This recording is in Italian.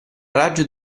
raggio